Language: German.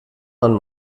man